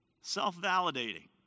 Self-validating